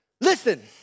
Listen